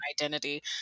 identity